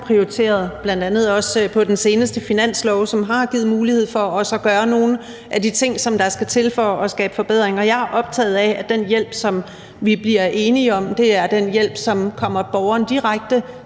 prioriteret, bl.a. også i den seneste finanslov, som også har givet mulighed for at gøre nogle af de ting, som der skal til for at skabe forbedringer, og jeg er optaget af, at den hjælp, som vi bliver enige om, er den hjælp, som kommer borgeren direkte